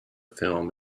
film